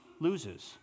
loses